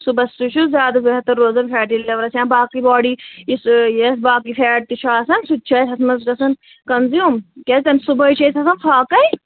صُبحس چھُو سُہ چھُے زیادٕ بہتر روزان فیٹی لِورس یا باقٕے باڈی یُس یتھ باقٕے فیٹ تہِ چھُ آسان سُہ تہِ چھُ اسہِ اتھ منٛز گژھان کنزیوٗم کیٛازِ تمہِ صُبحے چھِ أسۍ آسان فاقٕے